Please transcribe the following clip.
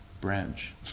branch